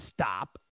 stop